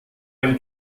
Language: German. ein